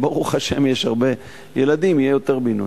ברוך השם, יש הרבה ילדים, יהיה יותר בינוי.